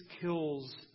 kills